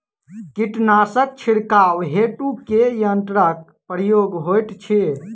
कीटनासक छिड़काव हेतु केँ यंत्रक प्रयोग होइत अछि?